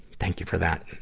thank you for that.